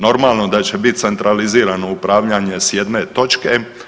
Normalno da će biti centralizirano upravljanje s jedne točke.